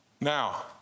Now